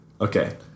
Okay